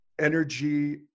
energy